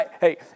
hey